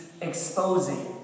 exposing